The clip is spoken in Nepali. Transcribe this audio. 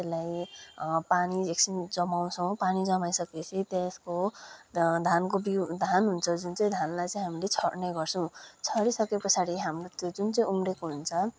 त्यसलाई पानी एकछिन जमाउँछौँ पानी जमाइसकेपछि त्यसको धानको बिउ धान हुन्छ जुन चाहिँ धानलाई चाहिँ हामीले छर्ने गर्छौँ छरिसके पछाडि हाम्रो त्यो जुन उम्रेको हुन्छ